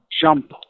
jump